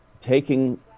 taking